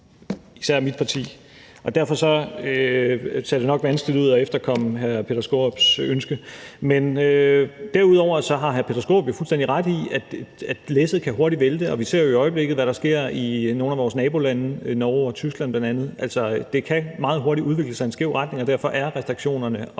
især mit parti. Derfor ser det nok vanskeligt ud at efterkomme hr. Peter Skaarups ønske. Men derudover har hr. Peter Skaarup jo fuldstændig ret i, at læsset hurtigt kan vælte. Vi ser jo i øjeblikket, hvad der sker i nogle af vores nabolande, bl.a. Norge og Tyskland. Det kan meget hurtigt udvikle sig i en skæv retning, og derfor er det meget